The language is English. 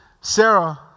Sarah